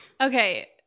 Okay